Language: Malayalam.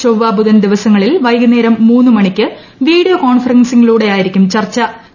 ചൊവ്വ ബുധൻ ദിവസങ്ങളിൽ വൈകുന്നേരം മൂന്ന് മണിക്ക് വീഡിയോ കോൺഫറൻസിങ്ങിലൂടെ യായിരിക്കും ചർച്ചു